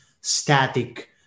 static